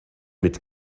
mit